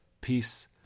Peace